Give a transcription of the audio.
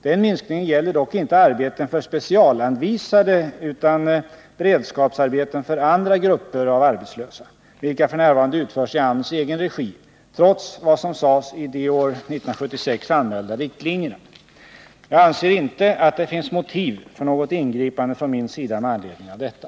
Den minskningen gäller dock inte arbeten för specialanvisade utan beredskapsarbeten för andra grupper av arbetslösa, vilka f. n. utförs i AMS egen regi trots vad som sades i de år 1976 anmälda riktlinjerna. Jag anser inte att det finns motiv för något ingripande från min sida med anledning av detta.